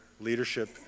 leadership